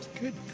Good